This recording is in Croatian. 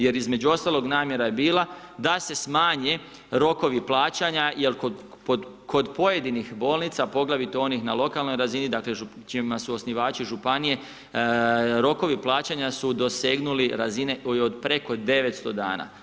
Jer između ostaloga, namjera je bila da se smanje rokovi plaćanja jel kod pojedinih bolnica, poglavito kod onih na lokalnoj razini, dakle, čiji su osnivači županije, rokovi plaćanja su dosegnuli razine preko 900 dana.